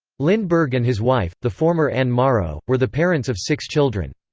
lindbergh and his wife, the former anne morrow, were the parents of six children.